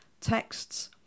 texts